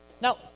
now